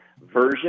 version